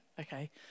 Okay